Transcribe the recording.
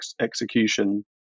execution